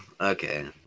Okay